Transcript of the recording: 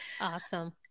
Awesome